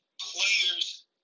players